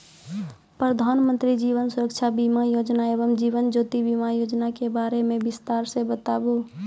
प्रधान मंत्री जीवन सुरक्षा बीमा योजना एवं जीवन ज्योति बीमा योजना के बारे मे बिसतार से बताबू?